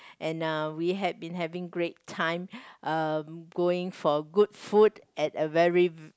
and uh we had been having great time um going for good food at a very